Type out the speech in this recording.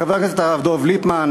לחבר הכנסת הרב דב ליפמן,